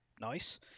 nice